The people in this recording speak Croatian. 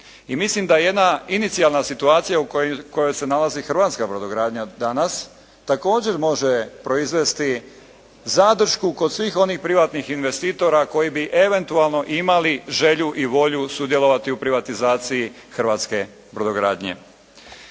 i mislim da jedna inicijalna situacija u kojoj se nalazi hrvatska brodogradnja danas također može proizvesti zadršku kod svih onih privatnih investitora koji bi eventualno imali želju i volju sudjelovati u privatizaciji hrvatske brodogradnje.